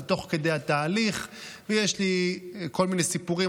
תוך כדי התהליך ויש לי כל מיני סיפורים,